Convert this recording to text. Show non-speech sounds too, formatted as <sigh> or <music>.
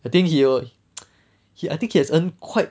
I think he'll <noise> I think he has earned quite